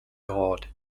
god